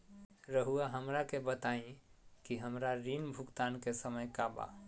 रहुआ हमरा के बताइं कि हमरा ऋण भुगतान के समय का बा?